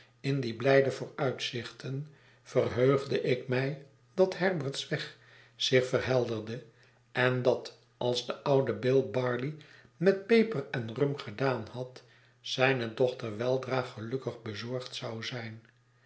in die blijde vooruitzichten verheugde ik mij dat herbert's weg zich verhelderde en dat als de oude bill barley met peper en rum gedaan had zijne dochter weldra gelukkig bezorgd zou zijn